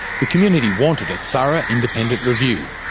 the community wanted a thorough independent review.